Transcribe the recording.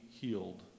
healed